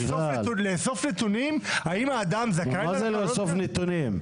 לאסוף נתונים האם האדם זכאי -- מה זה "לאסוף נתונים"?